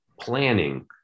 planning